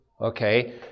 okay